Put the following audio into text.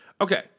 Okay